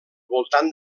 voltant